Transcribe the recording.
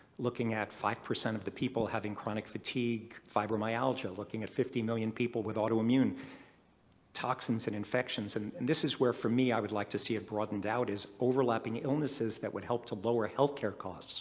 looking at five percent of the people having chronic fatigue, fibromyalgia. looking at fifty million people with autoimmune toxins and infections and and this is where, for me, i would like to see it broadened out, is overlapping illnesses that would help to lower healthcare costs